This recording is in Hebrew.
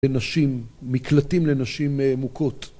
לנשים, מקלטים לנשים מוכות.